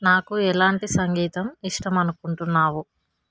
నాకు ఎలాంటి సంగీతం ఇష్టం అనుకుంటున్నావు